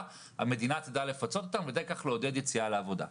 המדינה תדע לפצות אותם ועל ידי כך לעודד יציאה לעבודה.